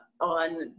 on